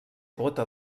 bota